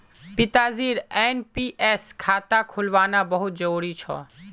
पिताजीर एन.पी.एस खाता खुलवाना बहुत जरूरी छ